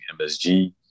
MSG